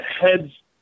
heads